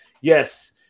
yes